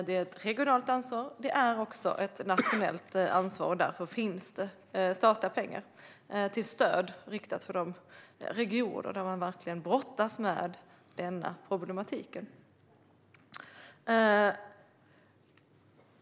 Det är ett regionalt ansvar, och det är också ett nationellt ansvar. Därför finns det statliga pengar som stöd riktade till de regioner där man verkligen brottas med denna problematik.